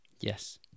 Yes